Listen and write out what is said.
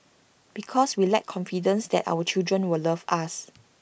because we lack confidence that our children will love us